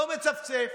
לא מצפצף.